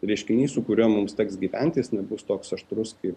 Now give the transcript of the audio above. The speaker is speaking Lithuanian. reiškinys su kuriuo mums teks gyventi jis nebus toks aštrus kaip